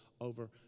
over